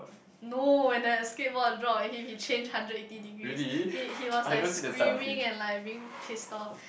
no and the skate board draw of him he change hundred eighty degrees he he was like screaming and like being pissed off